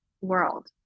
world